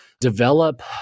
develop